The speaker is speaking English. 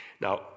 Now